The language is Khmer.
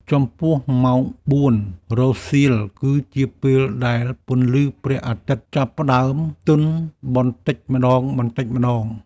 ចំពោះ ម៉ោងបួនរសៀលគឺជាពេលដែលពន្លឺព្រះអាទិត្យចាប់ផ្តើមទន់បន្តិចម្តងៗ។